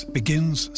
begins